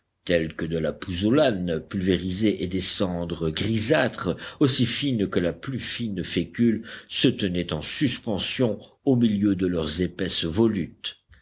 telles que de la pouzzolane pulvérisée et des cendres grisâtres aussi fines que la plus fine fécule se tenaient en suspension au milieu de leurs épaisses volutes